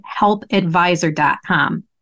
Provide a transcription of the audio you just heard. HelpAdvisor.com